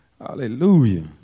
Hallelujah